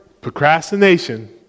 procrastination